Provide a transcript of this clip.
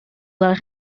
del